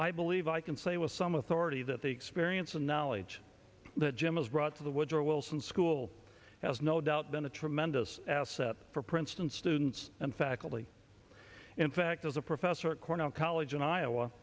i believe i can say with some authority that the experience and knowledge that jim has brought to the woodrow wilson school has no doubt been a tremendous asset for princeton students and faculty in fact as a professor at cornell college in iowa